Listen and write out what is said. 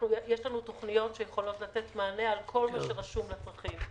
יש לנו תוכניות שיכולות לתת מענה על כל מה שרשום בצרכים.